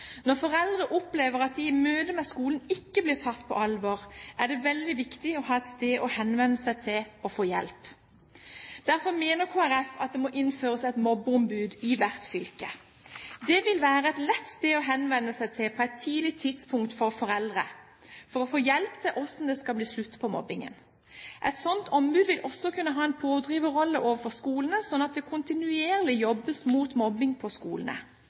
Når foreldre opplever at de i møtet med skolen ikke blir tatt på alvor, er det veldig viktig å ha et sted å henvende seg til og få hjelp. Derfor mener Kristelig Folkeparti at det må innføres et mobbeombud i hvert fylke. Det vil være et sted hvor det er lett for foreldre å henvende seg på et tidlig tidspunkt for å få hjelp til hvordan det skal bli slutt på mobbingen. Et slikt ombud vil også kunne ha en pådriverrolle overfor skolene, slik at det kontinuerlig jobbes mot mobbing på skolene.